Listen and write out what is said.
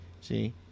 See